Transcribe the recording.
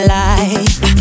life